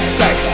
back